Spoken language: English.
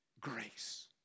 grace